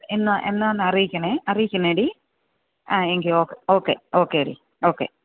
എന്നാൽ എന്നാൽ ഒന്ന് അറിയിക്കണേ അറിയിക്കണേ ആ എങ്കിൽ ഓക്കെ ഓക്കെ ടീ ഓക്കെ